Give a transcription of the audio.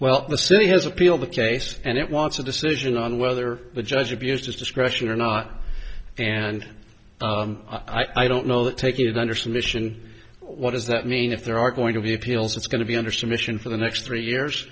well the city has appealed the case and it wants a decision on whether the judge abused his discretion or not and i don't know that taking it under submission what does that mean if there are going to be appeals it's going to be under submission for the next three years